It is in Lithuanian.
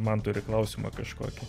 man turi klausimą kažkokį